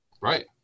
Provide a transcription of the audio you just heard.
Right